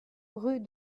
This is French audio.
rue